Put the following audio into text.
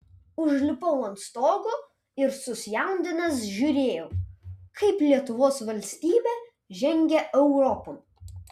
užlipau ant stogo ir susijaudinęs žiūrėjau kaip lietuvos valstybė žengia europon